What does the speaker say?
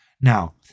Now